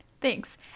thanks